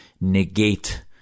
negate